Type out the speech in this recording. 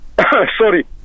sorry